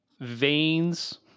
veins